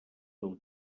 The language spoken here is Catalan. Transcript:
del